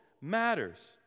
matters